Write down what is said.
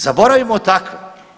Zaboravimo takve.